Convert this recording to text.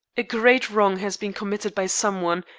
a great wrong has been committed by some one,